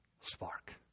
spark